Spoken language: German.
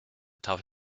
tafel